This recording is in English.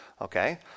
okay